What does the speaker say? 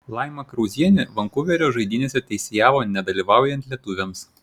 laima krauzienė vankuverio žaidynėse teisėjavo nedalyvaujant lietuviams